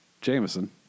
Jameson